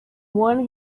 one